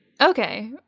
Okay